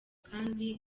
kandi